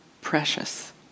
precious